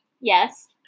Yes